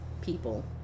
people